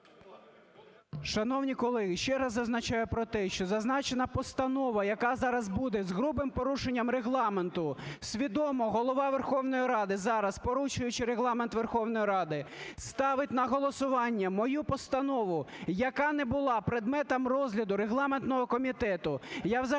Шановні колеги, ще раз зазначаю про те, що зазначена постанова, яка зараз буде з грубим порушенням Регламенту, свідомо Голова Верховної Ради зараз, порушуючи Регламент Верховної Ради, ставить на голосування мою постанову, яка не була предметом розгляду регламентного комітету. Я взагалі